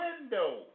window